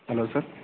hello sir